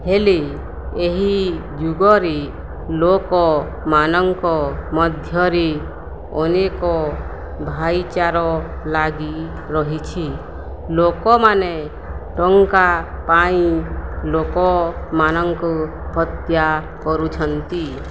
ହେଲେ ଏହି ଯୁଗରେ ଲୋକମାନଙ୍କ ମଧ୍ୟରେ ଅନେକ ଭାଇଚାରା ଲାଗି ରହିଛି ଲୋକମାନେ ଟଙ୍କା ପାଇଁ ଲୋକମାନଙ୍କୁ ହତ୍ୟା କରୁଛନ୍ତି